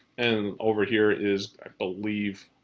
and over here is, i believe,